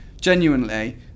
genuinely